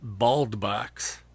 Baldbox